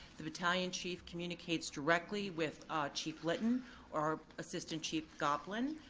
the battalion chief communicates directly with chief litton or assistant chief goplin.